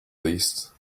least